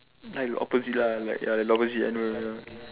like opposite lah like the opposite I know I know